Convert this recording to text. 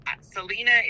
Selena